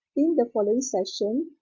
in the following session,